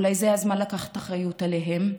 אולי זה הזמן לקחת אחריות עליהם,